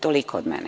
Toliko od mene.